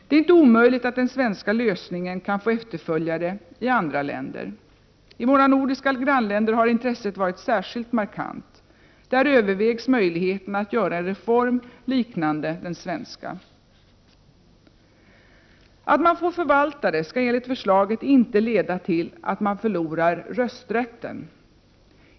Det är inte omöjligt att den svenska lösningen kan få efterföljare i andra länder. I våra nordiska grannländer har intresset varit särskilt markant. Där övervägs möjligheten att göra en reform liknande den svenska. Att man får förvaltare skall enligt förslaget inte leda till att man förlorar rösträtten.